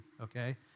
okay